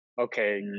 okay